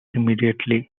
immediately